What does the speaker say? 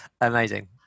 amazing